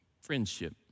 friendship